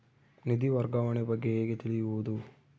ನಿಧಿ ವರ್ಗಾವಣೆ ಬಗ್ಗೆ ಹೇಗೆ ತಿಳಿಯುವುದು?